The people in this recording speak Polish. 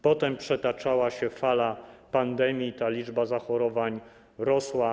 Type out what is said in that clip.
Potem przetaczała się fala pandemii i ta liczba zachorowań rosła.